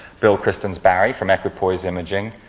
bill christens-barry from equipoise imaging.